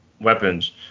weapons